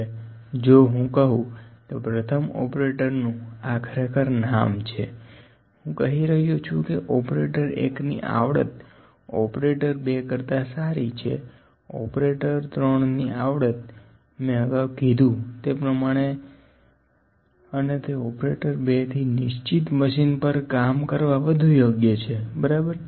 હવે જો હું કહુ કે પ્રથમ ઓપરેટર નુંઆં ખરેખર નામ છે હું કહી રહ્યો છુ કે ઓપરેટર 1 ની આવડત ઓપરેટર 2 કરતા સારી છે ઓપરેટર 3 ની આવડત મે અગાઉ કીધું તે પ્રમાણે અને તે ઓપરેટર 2 થી નિશ્ચિત મશીન પર કામ કરવા વધુ યોગ્ય છે બરાબર